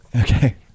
Okay